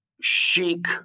chic